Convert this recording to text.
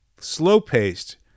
slow-paced